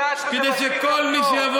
כי צה"ל עושה את כל המאמצים כדי שכל מי שיבוא